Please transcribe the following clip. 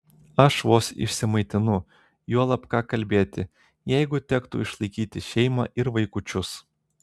aš vos išsimaitinu juolab ką kalbėti jeigu tektų išlaikyti šeimą ir vaikučius